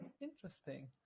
interesting